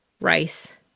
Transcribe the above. rice